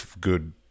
good